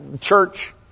church